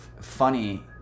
Funny